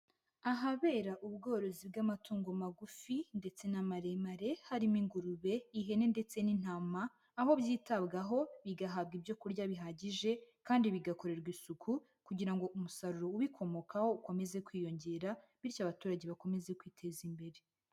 Ahabera ubworozi bw'amatungo magufi ndetse n'amaremare, harimo ingurube, ihene ndetse n'intama, aho byitabwaho bigahabwa ibyo kurya bihagije kandi bigakorerwa isuku kugira ngo umusaruro ubikomokaho ukomeze kwiyongera bityo abaturage bakomeze kwiteza imbere.